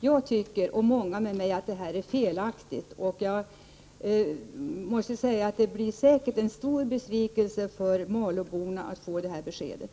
Jag och många med mig tycker att detta är felaktigt, och det blir säkerligen en stor besvikelse för malåborna att få det här beskedet.